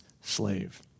slave